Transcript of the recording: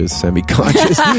semi-conscious